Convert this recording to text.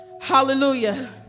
Hallelujah